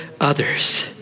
others